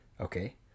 okay